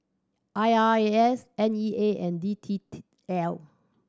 I R A S N E A and D T T L